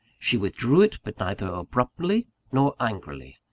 she withdrew it, but neither abruptly nor angrily.